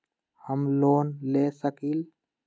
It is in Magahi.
हम लोन ले सकील?